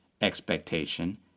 expectation